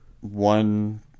one